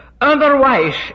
Otherwise